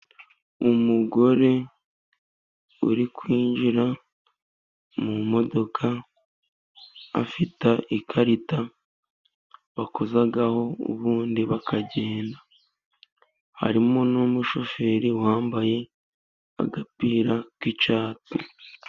Umugore uri kwinjira mu modoka, afite ikarita bakozaho ubundi bakagenda, harimo n'umushoferi wambaye agapira k'icyatsi.